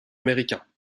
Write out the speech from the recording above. américains